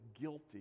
guilty